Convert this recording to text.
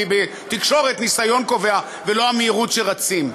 כי בתקשורת הניסיון קובע ולא המהירות שבה רצים.